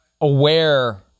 aware